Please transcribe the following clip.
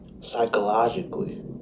psychologically